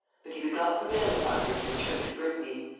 but he could not prevail upon her to return to brittany.